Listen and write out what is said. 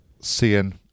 Seeing